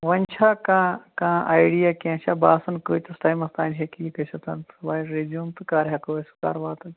وۅنۍ چھا کانٛہہ کانٛہہ اَیڈِیا کیٚنٛہہ چھا باسان کۭتِس ٹایِمَس تام ہیٚکہِ یہِ گٔژھۍتن وۅنۍ ریٚزیٛوٗم تہٕ کَر ہیٚکوو أسۍ کر واتو